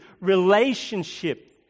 relationship